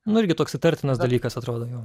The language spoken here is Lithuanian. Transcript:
nu irgi toks įtartinas dalykas atrodo jau